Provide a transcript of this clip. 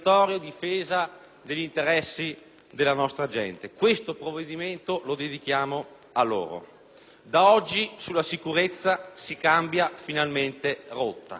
La priorità deve essere quella di aiutare la nostra gente, i nostri lavoratori, le famiglie che sempre con più difficoltà arrivano alla fine del mese.